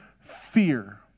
fear